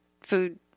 food